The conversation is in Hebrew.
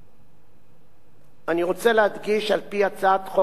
אני רוצה להדגיש שעל-פי תזכיר הצעת חוק-יסוד: